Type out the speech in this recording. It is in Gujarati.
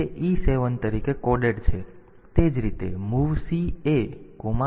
તેથી તે E7 તરીકે કોડેડ છે પછી તે જ રીતે MOVC AAdptr છે